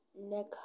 neck